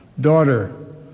daughter